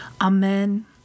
Amen